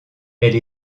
elle